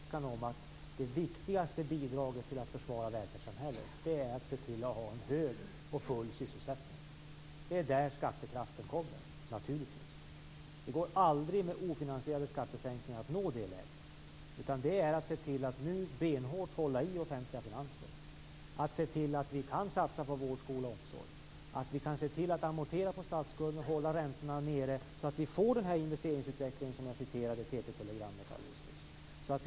Fru talman! Det är ingen tvekan om att det viktigaste bidraget till försvaret av välfärdssamhället är en hög och full sysselsättning. Det är naturligtvis därifrån skattekraften kommer. Det går aldrig att nå det läget med ofinansierade skattesänkningar. Vi måste se till att benhårt hålla i de offentliga finanserna och så att vi kan satsa på vård, skola och omsorg. Vi måste se till att amortera på statsskulden och hålla räntorna nere, så att vi får den investeringsutveckling som det talades om i det TT-telegram jag nämnde alldeles nyss.